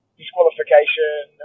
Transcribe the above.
Disqualification